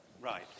Right